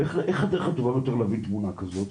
איך אתה יכול להבין תמונה כזו?